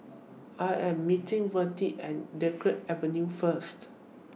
I Am meeting Virdie At Dunkirk Avenue First